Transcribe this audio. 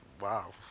Wow